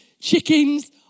chickens